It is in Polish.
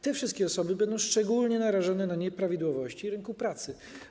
Te wszystkie osoby będą szczególnie narażone na nieprawidłowości rynku pracy.